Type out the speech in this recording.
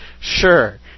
sure